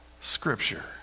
scripture